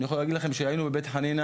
אני יכול להגיד גם לכם שהיינו בבית חנינה